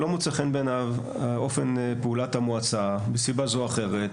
לא מוצא חן בעיניו אופן פעולת המועצה מסיבה זו או אחרת,